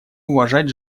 уважать